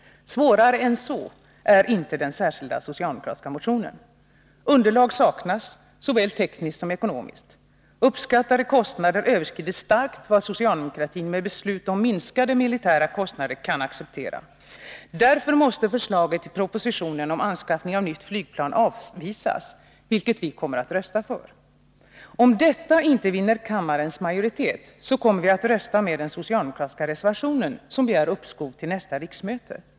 Svårare än så är inte den särskilda socialdemokratiska motionen. Underlag saknas, såväl tekniskt som ekonomiskt. Uppskattade kostnader överskrider starkt vad socialdemokratin med beslut om minskade militära kostnader kan acceptera. Därför måste förslaget i propositionen om anskaffning av nytt flygplan avvisas, vilket vi kommer att rösta för. Om detta inte vinner kammarens majoritet, kommer vi att rösta med den socialdemokratiska reservationen, där det begärs uppskov till nästa riksmöte.